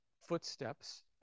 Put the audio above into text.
footsteps